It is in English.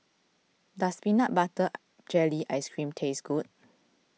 does Peanut Butter Jelly Ice Cream taste good